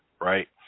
right